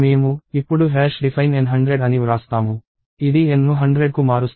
మేము ఇప్పుడు define N 100 అని వ్రాస్తాము ఇది N ను 100కు మారుస్తాను